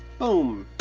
boom,